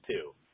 two